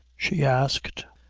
she asked.